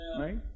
Right